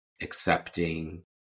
accepting